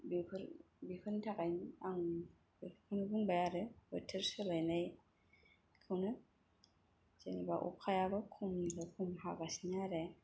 बेफोर बेफोरनि थाखायनो आं बेखौनो बुंबाय आरो बोथोर सोलायनायखौनो जेनेबा अखायाबो खमनिफ्राय खम हालांगासिनो आरो